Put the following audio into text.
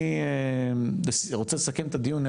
אני רוצה לסכם את הדיון,